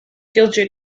and